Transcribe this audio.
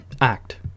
act